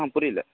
ஆ புரியல